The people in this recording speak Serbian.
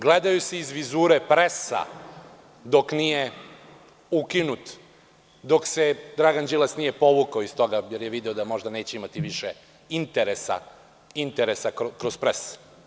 Gledaju se iz vizure „Presa“ dok nije ukinut, dok se Dragan Đilas nije povukao iz toga jer je video da neće imati više interesa, interesa kroz „Pres“